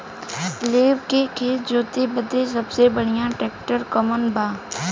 लेव के खेत जोते बदे सबसे बढ़ियां ट्रैक्टर कवन बा?